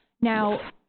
Now